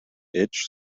itch